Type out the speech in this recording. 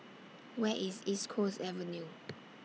Where IS East Coast Avenue